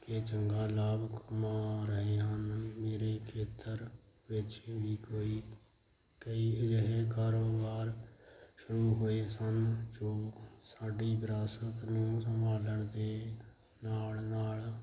ਕੇ ਚੰਗਾ ਲਾਭ ਕਮਾ ਰਹੇ ਹਨ ਮੇਰੇ ਖੇਤਰ ਵਿਚ ਵੀ ਕੋਈ ਕਈ ਅਜਿਹੇ ਕਾਰੋਬਾਰ ਸ਼ੁਰੂ ਹੋਏ ਸਨ ਜੋ ਸਾਡੀ ਵਿਰਾਸਤ ਨੂੰ ਸੰਭਾਲਣ ਦੇ ਨਾਲ ਨਾਲ